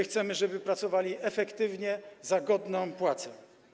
Chcemy, żeby pracowali efektywnie za godną płacę.